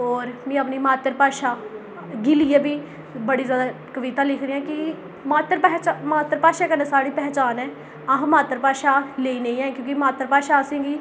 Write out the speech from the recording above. होर मिगी अपनी मात्तर भाशा गी लेइयै बी बड़ी जैदा कविता लिखी दियां कि मात्तर पन्छान मात्तर भाशा कन्नै साढ़ी पन्छान ऐ अस मात्तर भाशा लेई नेईं ऐ की जे मात्तर भाशा असें गी